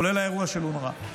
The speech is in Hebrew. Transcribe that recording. כולל האירוע של אונר"א.